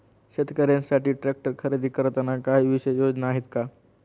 शेतकऱ्यांसाठी ट्रॅक्टर खरेदी करताना काही विशेष योजना आहेत का?